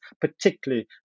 particularly